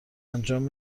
انجام